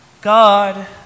God